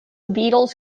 beatles